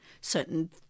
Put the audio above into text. certain